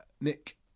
Nick